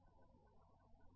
KM